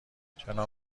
چرا